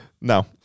No